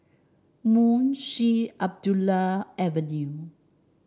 Munshi Abdullah Avenue